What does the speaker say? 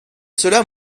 cela